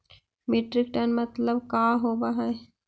Metric ton मतलब का होव हइ?